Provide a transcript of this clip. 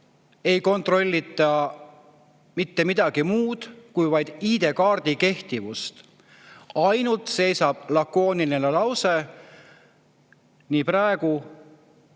ei kontrollita mitte midagi muud kui vaid ID‑kaardi kehtivust. Ainult lakooniline lause seisab